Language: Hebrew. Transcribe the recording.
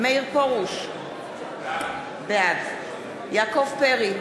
מירב בן ארי, בעד אלי בן-דהן, בעד נפתלי בנט,